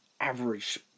average